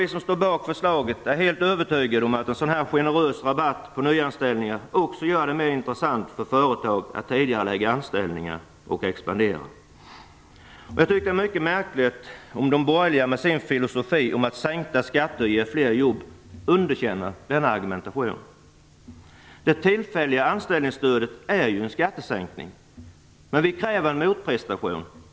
Vi som står bakom förslaget är helt övertygade om att en sådan här generös rabatt på nyanställningar också gör det mer intressant för företag att tidigarelägga anställningar och expandera. Det är mycket märkligt om de borgerliga med sin filosofi om att sänkta skatter ger fler jobb underkänner denna argumentation. Det tillfälliga anställningsstödet är ju en skattesänkning. Men vi kräver en motprestation.